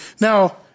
now